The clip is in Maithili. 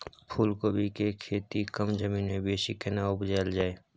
फूलकोबी के खेती कम जमीन मे बेसी केना उपजायल जाय?